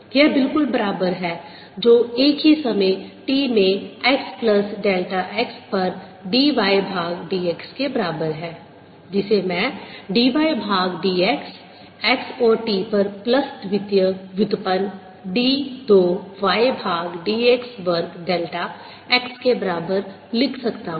यह बिल्कुल बराबर है जो एक ही समय t में x प्लस डेल्टा x पर dy भाग dx के बराबर है जिसे मैं dy भाग dx x और t पर प्लस द्वितीय व्युत्पन्न d 2 y भाग d x वर्ग डेल्टा x के बराबर लिख सकता हूं